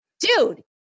dude